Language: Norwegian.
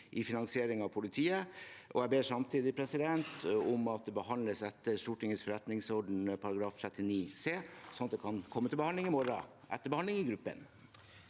i finansieringen av politiet. Jeg ber samtidig om at det behandles etter Stortingets forretningsordens § 39 c, sånn at det kan komme til behandling i morgen, etter behandling i gruppene.